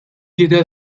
jidher